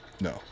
No